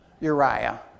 Uriah